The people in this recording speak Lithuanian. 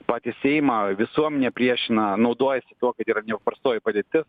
patį seimą visuomenę priešina naudojasi tuo kad yra nepaprastoji padėtis